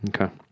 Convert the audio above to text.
okay